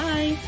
Bye